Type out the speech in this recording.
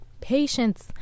patience